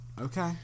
Okay